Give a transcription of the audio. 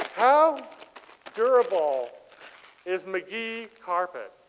how durable is mcgee carpet?